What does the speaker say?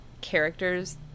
characters